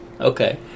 okay